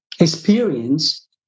experience